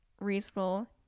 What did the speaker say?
reasonable